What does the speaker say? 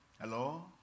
Hello